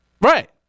right